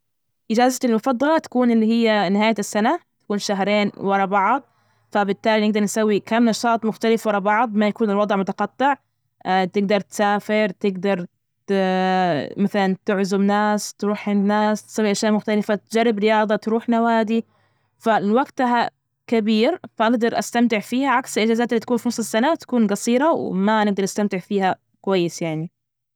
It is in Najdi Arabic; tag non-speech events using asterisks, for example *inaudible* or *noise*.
إجازتي المفضلة تكون اللي هي نهاية السنة تكون شهرين ورا بعض، فبالتالي نجدر نسوي كم نشاط مختلف ورا بعض، ما يكون الوضع متقطع، *hesitation* تجدر تسافر تجدر *hesitation* مثلا تعزم ناس تروح عند ناس تسوي أشياء مختلفة، تجرب رياضة، تروح نوادي، فوقتها كبير فاقدر أستمتع فيها، عكس الإجازات إللي تكون في نص السنة تكون جصيرة، وما نقدر نستمتع فيها كويس يعني.